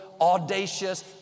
audacious